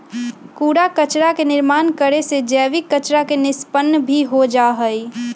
कूड़ा कचरा के निर्माण करे से जैविक कचरा के निष्पन्न भी हो जाहई